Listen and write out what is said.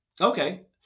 Okay